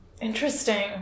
Interesting